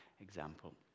example